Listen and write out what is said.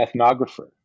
ethnographer